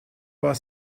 war